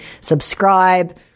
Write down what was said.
subscribe